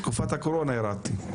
בתקופת הקורונה ירדתי.